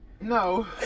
No